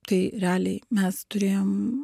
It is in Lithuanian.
tai realiai mes turėjom